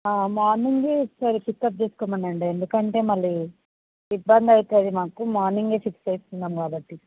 morning ఒకసారి pickup చేసుకోమనండి ఎందుకంటే మళ్ళీ ఇబ్బంది అవుతుంది మాకు మార్నింగ్ ఫిక్స్ చేసుకున్నాం కాబట్టి